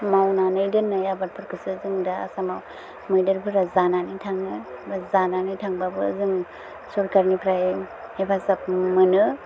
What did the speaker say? मावनानै दोन्नाय आबादफोरखौसो जों दा आसामाव मैदेरफोरा जानानै थाङो जानानै थांबाबो जों सरकारनिफ्राय हेफाजाब मोनो